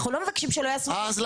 אנחנו לא מבקשים שלא יעשו --- אז,